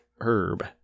herb